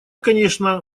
конечно